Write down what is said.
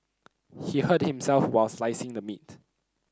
he hurt himself while slicing the meat